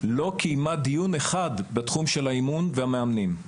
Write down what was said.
לא קיימה דיון אחד בתחום של האימון והמאמנים.